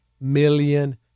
million